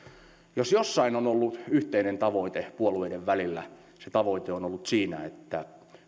jos jossain on ollut yhteinen tavoite puolueiden välillä se tavoite on ollut siinä että